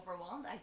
overwhelmed